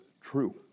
True